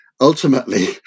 Ultimately